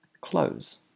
Close